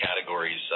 categories